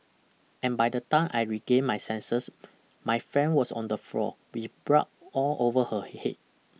and by the time I regained my senses my friend was on the floor with blood all over her head